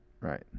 Right